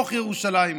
בתוך ירושלים,